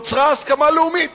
נוצרה הסכמה לאומית.